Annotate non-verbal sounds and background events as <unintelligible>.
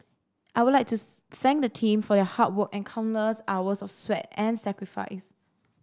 I would like to <unintelligible> thank the team for your hard work and countless hours of sweat and sacrifice